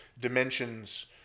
dimensions